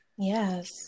Yes